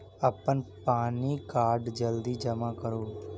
अप्पन पानि कार्ड जल्दी जमा करू?